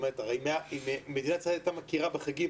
אם מדינת ישראל הייתה מכירה בחגים,